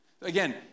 Again